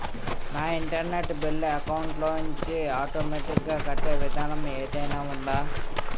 నా internet bill account లోంచి automatic గా కట్టే విధానం ఏదైనా ఉందా?